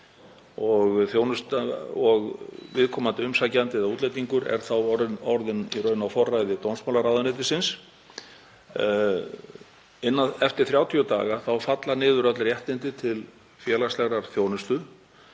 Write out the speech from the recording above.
Viðkomandi umsækjandi eða útlendingur er þá í raun á forræði dómsmálaráðuneytisins. Eftir 30 daga falla niður öll réttindi til félagslegrar þjónustu